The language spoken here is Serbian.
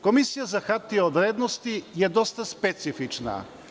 Komisija za hartije od vrednosti je dosta specifična.